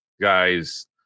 Guys